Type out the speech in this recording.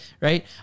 Right